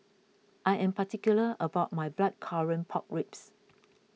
I am particular about my Blackcurrant Pork Ribs